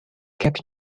kept